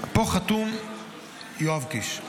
פה חתום יואב קיש.